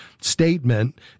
statement